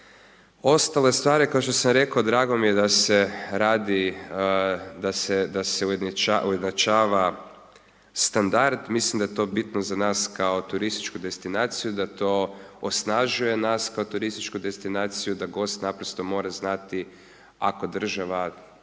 Ostale stvari koje su se rekle, drago mi je da se ujednačava standard, mislim da je to bitno za nas kao turističku destinaciju, da to osnažuje nas kao turističku destinaciju, da gost naprosto mora znati ako država